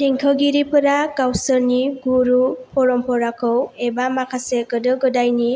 देंखोगिरिफोरा गावसोरनि गुरु परमपराखौ एबा माखासे गोदो गोदायनि